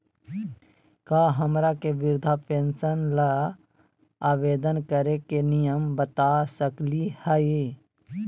का हमरा के वृद्धा पेंसन ल आवेदन करे के नियम बता सकली हई?